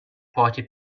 party